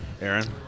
Aaron